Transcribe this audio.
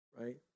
right